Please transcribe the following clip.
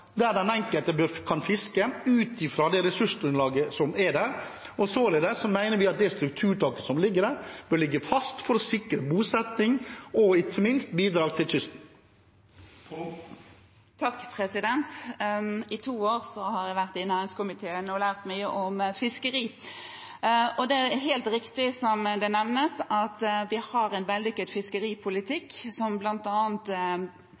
der den enkelte kan fiske ut fra det ressursgrunnlaget som er der, og således mener vi at det strukturtaket som er lagt, bør ligge fast for å sikre bosetting og ikke minst bidrag til kysten. I to år har jeg vært i næringskomiteen og lært mye om fiskeri. Det er helt riktig, som det nevnes, at vi har en vellykket